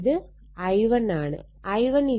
ഇത് I1 ആണ്